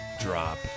drop